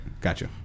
Gotcha